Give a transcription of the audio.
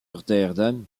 rotterdam